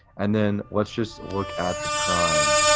and then let's just work at the prime.